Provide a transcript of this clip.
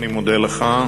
אני מודה לך.